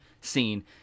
scene